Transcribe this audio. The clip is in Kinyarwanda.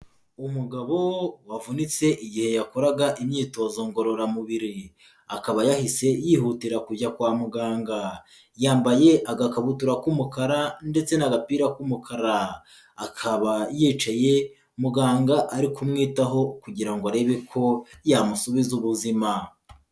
Umugabo wavunitse igihe yakoraga imyitozo ngororamubiri, akaba yahise yihutira kujya kwa muganga, yambaye agakabutura k'umukara ndetse n'agapira k'umukara, akaba yicaye muganga ari kumwitaho kugira ngo arebe ko yamusubiza ubuzima.